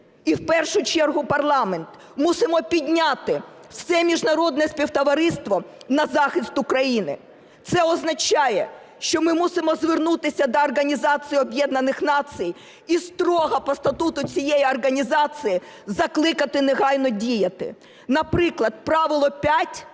і в першу чергу парламент, мусимо підняти все міжнародне співтовариство на захист України. Це означає, що ми мусимо звернутися до Організації Об'єднаних Націй і строго по статуту цієї організації закликати негайно діяти. Наприклад, правило 5